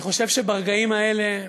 אני חושב שברגעים האלה,